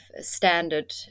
standard